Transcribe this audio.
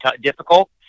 difficult